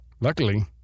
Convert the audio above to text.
Luckily